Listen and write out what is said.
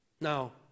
Now